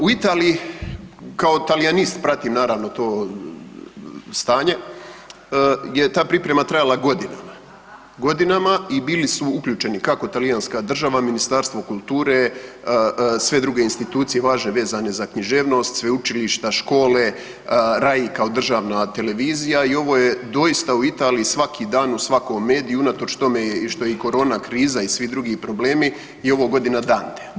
U Italiji kao talijanist pratim naravno to stanje je ta priprema trajala godinama, godinama i bili su uključeni kako talijanska država, ministarstvo kulture, sve druge institucije važne vezane za književnost, sveučilišta, škole, RAI kao državna televizija i ovo je doista u Italiji svaki dan u svakom mediju unatoč tome i što je i korona kriza i svi drugi problemi je ovo godina Dantea.